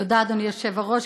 תודה אדוני היושב-ראש.